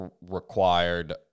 required